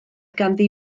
ganddi